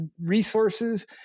resources